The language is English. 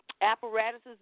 apparatuses